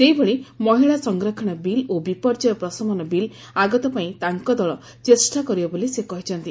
ସେହିଭଳି ମହିଳା ସଂରକ୍ଷଣ ବିଲ୍ ଓ ବିପର୍ଯ୍ୟୟ ପ୍ରଶମନ ବିଲ୍ ଆଗତ ପାଇଁ ତାଙ୍କ ଦଳ ଚେଷ୍ଟା କରିବ ବୋଲି ସେ କହିଛନ୍ତି